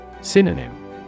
Synonym